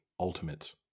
Ultimate